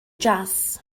jazz